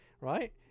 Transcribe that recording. right